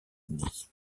unis